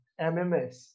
MMS